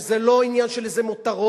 וזה לא עניין של איזה מותרות,